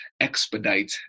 expedite